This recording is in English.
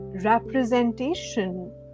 representation